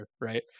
right